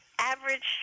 Average